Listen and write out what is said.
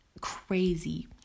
crazy